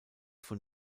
von